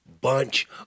bunch